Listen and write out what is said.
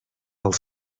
als